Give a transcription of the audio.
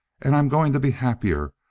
and i'm going to be happier.